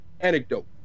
anecdote